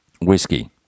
Whiskey